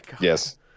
Yes